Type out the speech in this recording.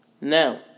Now